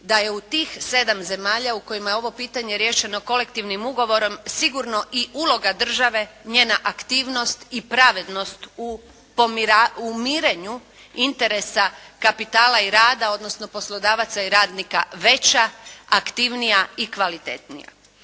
da je u tih zemalja u kojima je ovo pitanje riješeno kolektivnim ugovorom sigurno i uloga države, njena aktivnost i pravednost u mirenju interesa kapitala i rada, odnosno poslodavaca i radnika veća, aktivnija i kvalitetnija.